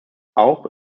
auch